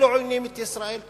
ואלה עוינים את ישראל.